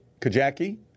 kajaki